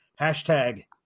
Hashtag